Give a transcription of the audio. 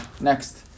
next